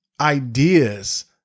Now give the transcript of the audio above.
ideas